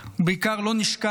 ובעיקר לא נשכח